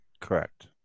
correct